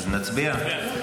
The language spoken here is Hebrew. אז נצביע.